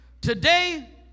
Today